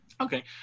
Okay